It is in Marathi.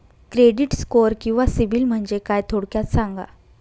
क्रेडिट स्कोअर किंवा सिबिल म्हणजे काय? थोडक्यात सांगा